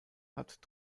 hat